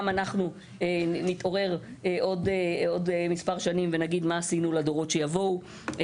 גם אנחנו נתעורר עוד מספר שנים ונגיד: ״מה עשינו לדורות שיבואו?״,